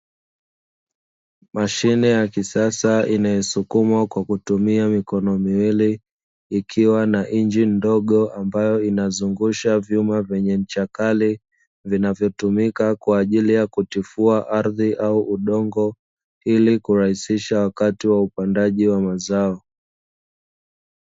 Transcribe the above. Mashine ya kisasa inayosukumwa kwa kutumia mikono miwili, ikiwa na injini ndogo ambayo inazungusha vyuma vyenye ncha kali, vinavyotumika kwa ajili ya kutifua ardhi au udongo, ili kurahisisha wakati wa upandaji wa mazao.